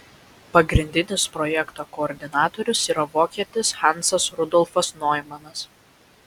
pagrindinis projekto koordinatorius yra vokietis hansas rudolfas noimanas